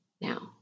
Now